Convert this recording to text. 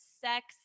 sex